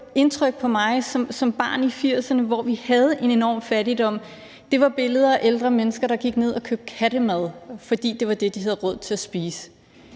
indtryk på mig som barn i 1980'erne, hvor vi havde en enorm fattigdom, var billeder af ældre mennesker, der gik ned og købte kattemad, fordi det var det, de havde råd til at spise.